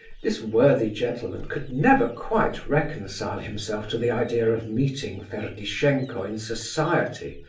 this worthy gentleman could never quite reconcile himself to the idea of meeting ferdishenko in society,